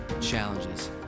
challenges